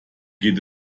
geht